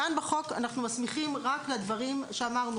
כאן בחוק אנחנו מסמיכים רק לדברים שאמרנו,